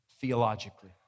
Theologically